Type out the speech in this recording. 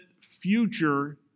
future